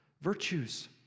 virtues